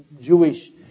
Jewish